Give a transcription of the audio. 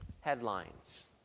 headlines